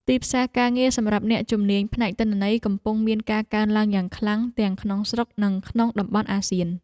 ទីផ្សារការងារសម្រាប់អ្នកជំនាញផ្នែកទិន្នន័យកំពុងមានការកើនឡើងយ៉ាងខ្លាំងទាំងក្នុងស្រុក និងក្នុងតំបន់អាស៊ាន។